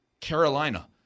Carolina